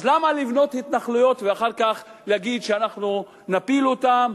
למה לבנות התנחלויות ואחר כך להגיד שאנחנו נפיל אותן,